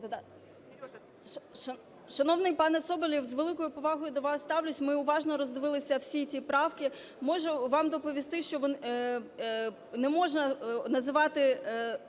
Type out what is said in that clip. Шановний пане Соболєв, з великою повагою до вас ставлюся, ми уважно роздивилися всі ці правки. Можу вам доповісти, що не можна називати,